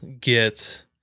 get